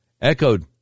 echoed